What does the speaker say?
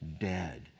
dead